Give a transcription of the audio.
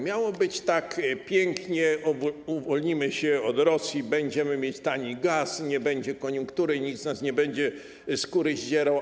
Miało być tak pięknie: uwolnimy się od Rosji, będziemy mieć tani gaz, nie będzie koniunktury, nikt z nas nie będzie skóry zdzierał.